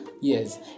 Yes